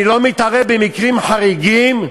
אני לא מתערב במקרים חריגים,